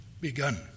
begun